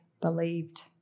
believed